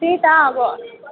त्यही त अब